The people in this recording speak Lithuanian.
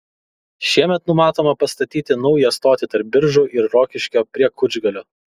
šiemet numatoma pastatyti naują stotį tarp biržų ir rokiškio prie kučgalio